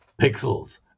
pixels